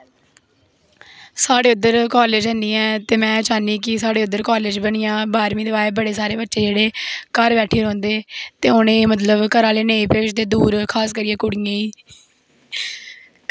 साढ़े उद्धर कालेज निं ऐ ते में चाह्नी कि साढ़े उद्धर कालेज बनी जान बाह्रमीं दे बाद बड़े सारे बच्चे जेह्ड़े ओह् घर बैठी रौंह्दे ते उ'नें गी मतलब घर आह्वे नेईं भेजदे दूर खास करियै कुड़ियें गी